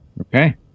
Okay